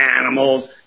animals